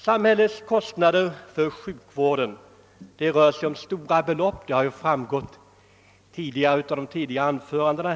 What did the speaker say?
Samhällets kostnader för sjukvården uppgår till stora belopp — det har ju också framgått av de tidigare anföran dena.